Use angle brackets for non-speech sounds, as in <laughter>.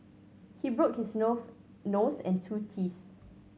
he broke his <unintelligible> nose and two teeth